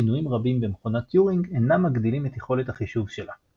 שינויים רבים במכונת טיורינג אינם מגדילים את יכולת החישוב שלה.